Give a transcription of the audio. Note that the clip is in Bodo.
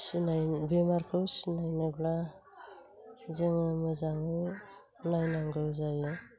बेमारखौ सिनायनोब्ला जोङो मोजाङै नायनांगौ जायो